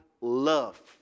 love